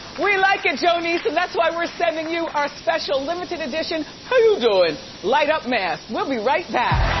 we like it joanie. so and that's why we're sending you our special limited edition. how are you doing light up mask. we'll be right back.